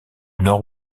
nord